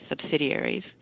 subsidiaries